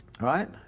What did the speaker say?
Right